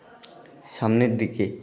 সামনের দিকে